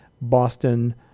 Boston